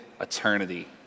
eternity